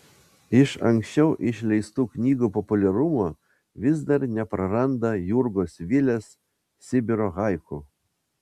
iš anksčiau išleistų knygų populiarumo vis dar nepraranda jurgos vilės sibiro haiku